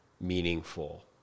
meaningful